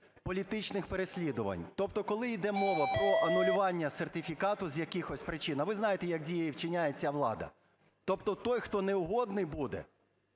політичних переслідувань. Тобто коли йде мова про анулювання сертифікату з якихось причин, а ви знаєте, як діє і вчиняє ця влада. Тобто той, хто неугодний буде,